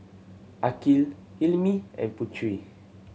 Aqil Hilmi and Putri